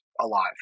alive